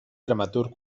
dramaturg